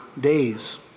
days